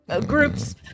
groups